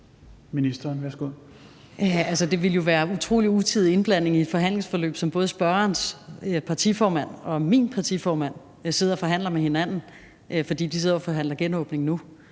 Det ville være utrolig utidig indblanding i et forhandlingsforløb, når både spørgerens partiformand og min partiformand sidder og forhandler genåbning med hinanden nu.